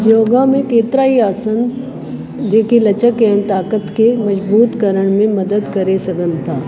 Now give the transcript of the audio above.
योगा में केतिरा ई आसन जेके लचक ऐं ताक़त खे मजबूत करण में मदद करे सघनि था